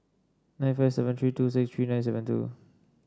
nine five seven three two six three nine seven two